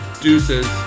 Deuces